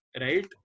right